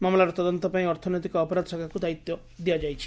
ମାମଲାର ତଦନ୍ତ ପାଇଁ ଅର୍ଥନୈତିକ ଅପରାଧ ଶାଖାକୁ ଦାୟିତ୍ୱ ଦିଆଯାଇଛି